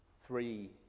three